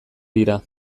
dira